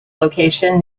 location